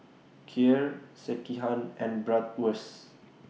Kheer Sekihan and Bratwurst